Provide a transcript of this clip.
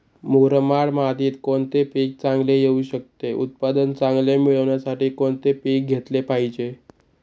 मुरमाड मातीत कोणते पीक चांगले येऊ शकते? उत्पादन चांगले मिळण्यासाठी कोणते पीक घेतले पाहिजे?